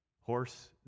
horse